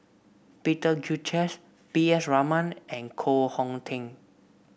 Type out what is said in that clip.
Peter Gilchrist P S Raman and Koh Hong Teng